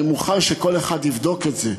אני מוכן שכל אחד יבדוק את זה,